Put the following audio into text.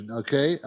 okay